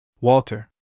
Walter